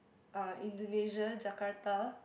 uh Indonesia Jakarta